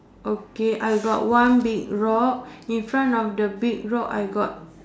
okay I got one big rock in front of the big rock I got